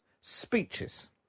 speeches